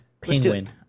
Penguin